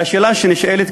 והשאלה שנשאלת,